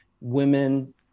women